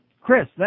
Chris